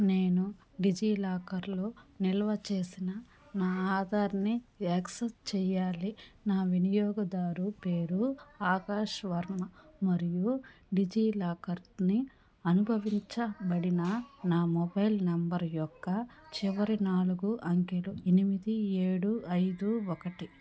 నేను డిజిలాకర్లో నిల్వ చేసిన నా ఆధార్ని యాక్సెస్ చెయ్యాలి నా వినియోగదారు పేరు ఆకాష్ వర్మ మరియు డిజిలాకర్ని అనుసంధానించబడిన నా మొబైల్ నంబర్ యొక్క చివరి నాలుగు అంకెలు ఎనిమిది ఏడు ఐదు ఒకటి